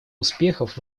успехов